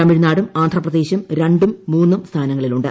തമിഴ്നാടും ആന്ധ്രാപ്രദേശും രണ്ടും മൂന്നും സ്ഥാനങ്ങളിലുണ്ട്